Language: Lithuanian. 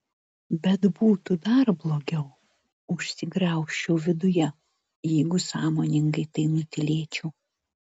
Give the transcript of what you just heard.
bet būtų dar blogiau užsigraužčiau viduje jeigu sąmoningai tai nutylėčiau